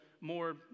more